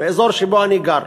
מהאזור שבו אני גר: